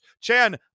Chan